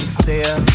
stare